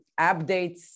updates